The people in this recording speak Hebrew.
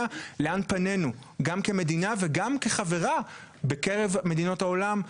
לאן פנינו גם כמדינה וגם כחברה בקרב מדינות העולם.